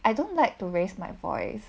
I don't like to raise my voice